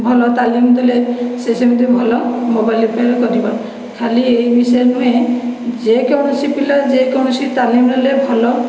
ଭଲ ତାଲିମ ଦେଲେ ସେ ସେମିତି ଭଲ ମୋବଇଲ ରିପେୟାର କରିବ ଖାଲି ଏହି ବିଷୟରେ ନୁହେଁ ଯେକୌଣସି ପିଲା ଯେକୌଣସି ତାଲିମ ନେଲେ ଭଲ